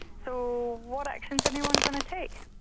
so what action is anyone going to take?